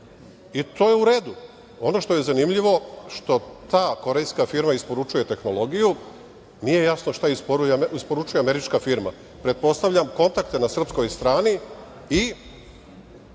i to je u redu. Ono što je zanimljivo jeste što ta korejska firma isporučuje tehnologiju, nije jasno šta isporučuje američka firma. Pretpostavljam kontakte na srpskoj strani i